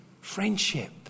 Friendship